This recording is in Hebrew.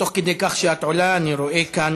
תוך כדי כך שאת עולה, אני רואה כאן